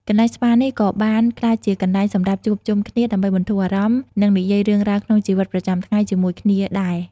កន្លែងស្ប៉ានេះក៏បានក្លាយជាកន្លែងសម្រាប់ជួបជុំគ្នាដើម្បីបន្ធូរអារម្មណ៍ និងនិយាយរឿងរ៉ាវក្នុងជីវិតប្រចាំថ្ងៃជាមួយគ្នាដែរ។